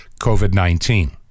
COVID-19